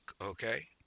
Okay